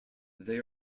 they